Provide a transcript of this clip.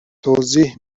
توضیح